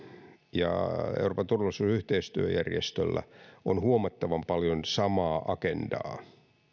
ja euroopan turvallisuus ja yhteistyöjärjestöllä on huomattavan paljon samaa agendaa